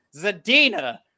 Zadina